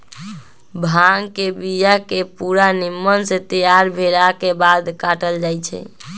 भांग के बिया के पूरा निम्मन से तैयार भेलाके बाद काटल जाइ छै